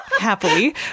Happily